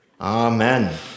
Amen